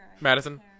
Madison